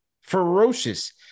ferocious